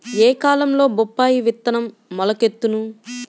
ఏ కాలంలో బొప్పాయి విత్తనం మొలకెత్తును?